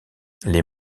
les